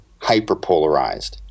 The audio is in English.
hyperpolarized